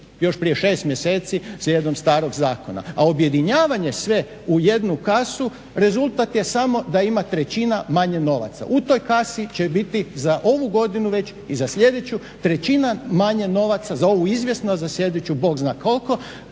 još prije 6 mjeseci slijedom starog zakona. A objedinjavanje sve u jednu kasu rezultat je samo da ima trećina manje novaca. U toj kasi će biti za ovu godinu već i za sljedeću trećina manje novaca, za ovu izvjesno, a za sljedeću Bog zna koliko.